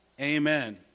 amen